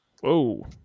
Whoa